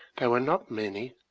they were not many,